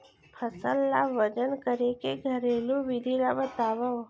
फसल ला वजन करे के घरेलू विधि ला बतावव?